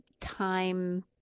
time